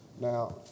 Now